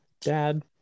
dad